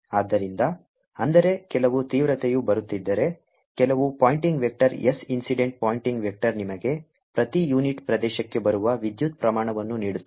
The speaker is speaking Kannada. ಆದ್ದರಿಂದ ಅಂದರೆ ಕೆಲವು ತೀವ್ರತೆಯು ಬರುತ್ತಿದ್ದರೆ ಕೆಲವು pointing vector S incident pointing vector ನಿಮಗೆ ಪ್ರತಿ ಯೂನಿಟ್ ಪ್ರದೇಶಕ್ಕೆ ಬರುವ ವಿದ್ಯುತ್ ಪ್ರಮಾಣವನ್ನು ನೀಡುತ್ತದೆ